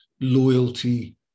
loyalty